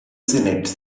senate